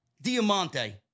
Diamante